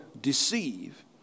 deceive